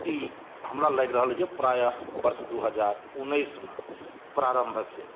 ई हमरा लागि रहलए जे प्रायः वर्ष दू हजार उन्नैस मे प्रारम्भ भेल